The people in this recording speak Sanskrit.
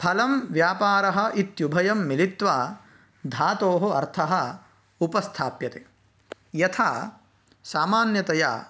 फलं व्यापारः इत्युभयं मिलित्वा धातोः अर्थः उपस्थाप्यते यथा सामान्यतया